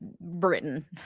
Britain